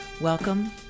Welcome